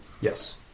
Yes